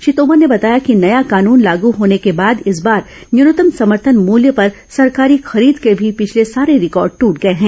श्री तोमर ने बताया कि नया कानून लागू होने के बाद इस बार न्यूनतम समर्थन मूल्य पर सरकारी खरीद के भी पिछले सारे रिकॉर्ड दूट गए हैं